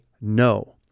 no